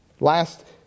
Last